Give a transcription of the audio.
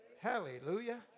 Hallelujah